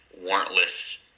warrantless